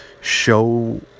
show